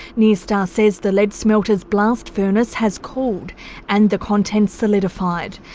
nyrstar says the lead smelter's blast furnace has cooled and the contents solidified.